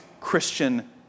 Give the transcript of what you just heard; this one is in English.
Christian